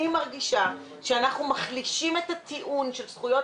אני מרגישה שאנחנו מחלישים את הטיעון של זכויות